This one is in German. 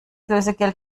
lösegeld